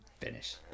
finish